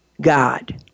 God